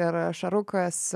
ir šarukas